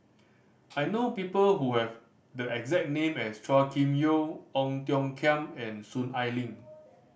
I know people who have the exact name as Chua Kim Yeow Ong Tiong Khiam and Soon Ai Ling